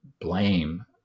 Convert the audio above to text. blame